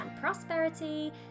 prosperity